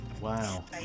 wow